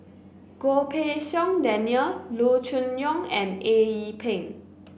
Goh Pei Siong Daniel Loo Choon Yong and Eng Yee Peng